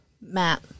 Matt